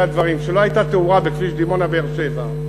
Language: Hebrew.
כשלא הייתה תאורה בכביש דימונה באר-שבע,